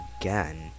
again